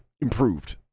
improved